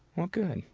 well good,